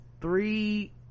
three